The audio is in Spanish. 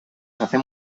hacen